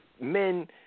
men